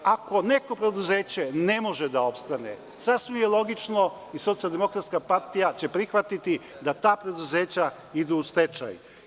Ako neko preduzeće ne može da opstane sasvim je logično, i SDPS će prihvatiti, da ta preduzeća idu u stečaj.